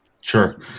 Sure